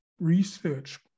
research